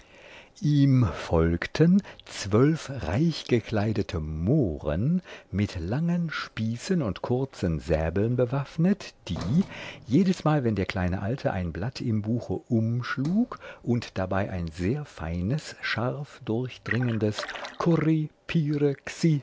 ihm folgten zwölf reichgekleidete mohren mit langen spießen und kurzen säbeln bewaffnet die jedesmal wenn der kleine alte ein blatt im buche umschlug und dabei ein sehr feines scharf durchdringendes